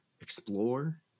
explore